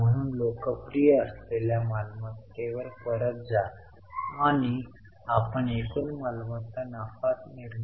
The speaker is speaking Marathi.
म्हणून गुंतवणूकीच्या क्रियाकलापांचा नकारात्मक कॅश फ्लो लक्षात ठेवा